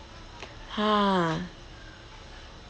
!huh!